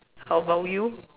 how about you